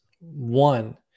one